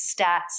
stats